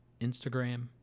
Instagram